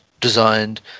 designed